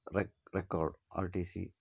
rack record R T C